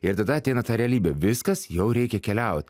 ir tada ateina ta realybė viskas jau reikia keliaut